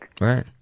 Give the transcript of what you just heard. Right